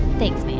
thanks, man.